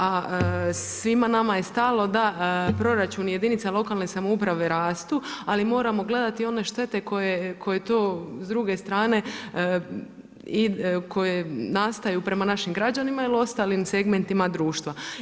A svima nama je stalo da proračun jedinica lokalne samouprave raste, ali moramo gledati one štete koje to s druge strane koje nastaju prema našim građanima ili ostalim segmentima društva.